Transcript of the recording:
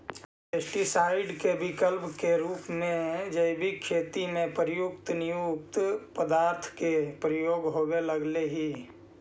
pesticide के विकल्प के रूप में जैविक खेती में प्रयुक्त नीमयुक्त पदार्थ के प्रयोग होवे लगले हि